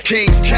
Kings